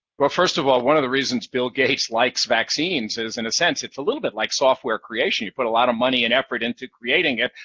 well, first of all, one of the reasons bill gates likes vaccines is, in a sense, it's a little bit like software creation. you put a lot of money and effort into creating it,